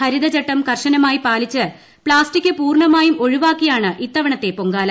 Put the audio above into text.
ഹരിതചട്ടം കർശനമായി പാലിച്ച് പ്ലാസ്റ്റിക് പൂർണമായും ഒഴിവാക്കിയാണ് ഇത്തവണത്തെ പ്രൊങ്കാല